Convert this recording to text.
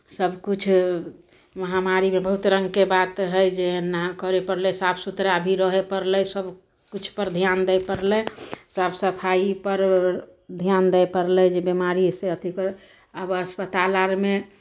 सभकिछु महामारीके बहुत रङ्गके बात हइ जे एना करय पड़लै साफ सुथरा भी रहय पड़लै सभकिछुपर धियान दै पड़लै साफ सफाइपर धियान दै पड़लै जे बिमारीसँ अथि कर आब अस्पताल अरमे